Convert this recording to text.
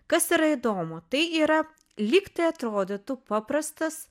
kas yra įdomu tai yra lygtai atrodytų paprastas